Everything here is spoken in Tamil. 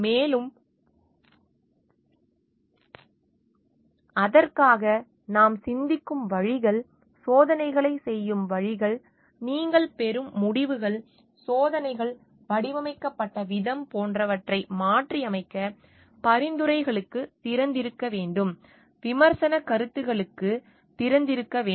மேலும் அதற்காக நாம் சிந்திக்கும் வழிகள் சோதனைகளைச் செய்யும் வழிகள் நீங்கள் பெறும் முடிவுகள் சோதனைகள் வடிவமைக்கப்பட்ட விதம் போன்றவற்றை மாற்றியமைக்க பரிந்துரைகளுக்குத் திறந்திருக்க வேண்டும் விமர்சனக் கருத்துகளுக்குத் திறந்திருக்க வேண்டும்